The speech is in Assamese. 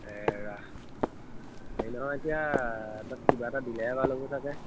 এৰা হেৰি নহয় এতিয়া তাত কিবা এটা দিলেহে ভাল হ'ব চাগে